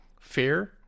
fear